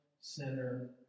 sinner